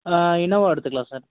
Innova எடுத்துக்கலாம் sir